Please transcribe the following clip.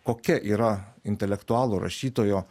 kokia yra intelektualo rašytojo